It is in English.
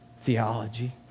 theology